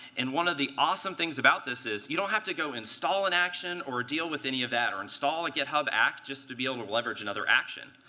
and one of the awesome things about this is you don't have to go install an action or deal with any of that, or install a github app just to be able to leverage another action.